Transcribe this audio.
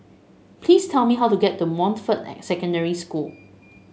please tell me how to get to Montfort Secondary School